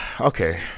okay